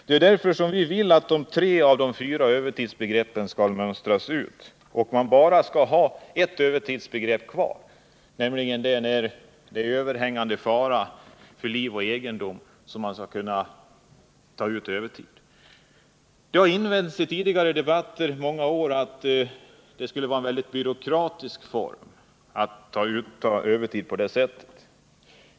Det är därför som vi vill att tre av de fyra övertidsbegreppen skall mönstras ut, så att man bara har ett övertidsbegrepp kvar, nämligen att man vid överhängande fara för liv och egendom skall kunna ta ut övertid. I många år har det i debatterna invänts att det skulle vara mycket byråkratiskt att ta ut övertid på det sättet.